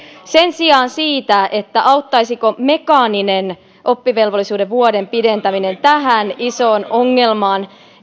sen sijaan siitä auttaisiko mekaaninen oppivelvollisuuden pidentäminen vuodella tähän isoon ongelmaan